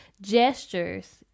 gestures